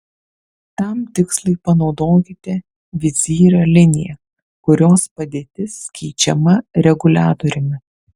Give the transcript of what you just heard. tam tikslui panaudokite vizyro liniją kurios padėtis keičiama reguliatoriumi